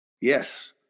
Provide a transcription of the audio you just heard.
Yes